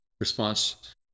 response